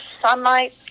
sunlight